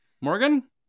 Morgan